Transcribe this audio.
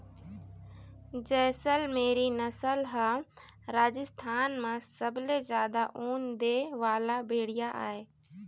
जैसलमेरी नसल ह राजस्थान म सबले जादा ऊन दे वाला भेड़िया आय